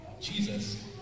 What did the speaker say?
Jesus